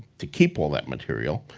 to keep all that material